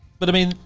but i mean,